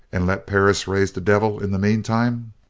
and let perris raise the devil in the meantime?